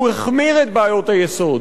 הוא החמיר את בעיות היסוד.